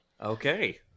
Okay